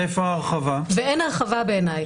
ואין הרחבה בעיניי,